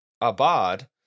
abad